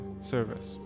service